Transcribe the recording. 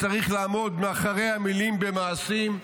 צריך לעמוד מאחורי המילים במעשים,